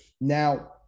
Now